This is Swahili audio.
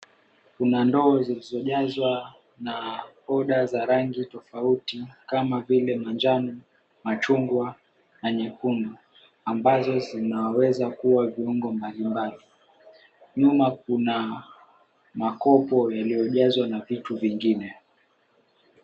Kuna ndoo zilizojazwa na poda za rangi tofauti kama vile manjano, machungwa na nyekundu ambazo zinawaeza kuwa viungo mbalimbali, nyuma kuna makopo yaliyojazwa na vitu vingine.